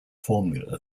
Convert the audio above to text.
formula